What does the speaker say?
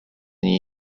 new